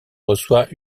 reçoit